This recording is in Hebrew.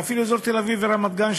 אפילו באזור תל-אביב ורמת-גן,